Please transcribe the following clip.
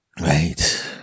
right